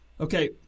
Okay